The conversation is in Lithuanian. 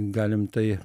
galim tai